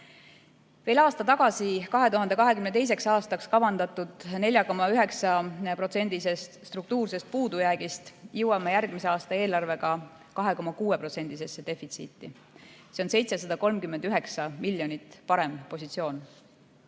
Veel aasta tagasi 2022. aastaks kavandatud 4,9%‑lisest struktuursest puudujäägist jõuame järgmise aasta eelarvega 2,6%‑lisse defitsiiti. See on 739 miljonit parem positsioon.